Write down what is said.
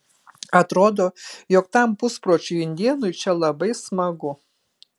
atrodo jog tam puspročiui indėnui čia labai smagu